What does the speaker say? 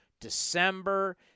December